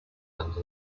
under